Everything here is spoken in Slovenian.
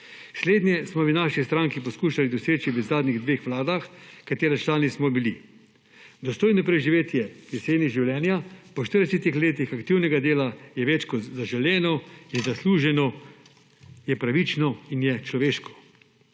Slednje smo v naši stranki poskušali doseči v zadnjih dveh vladah, katerih člani smo bili. Dostojno preživetje jeseni življenja po 40 letih aktivnega dela je več kot zaželeno in zasluženo, je pravično in je človeško.